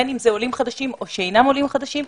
בין אם זה עולים חדשים או שאינם עולים חדשים,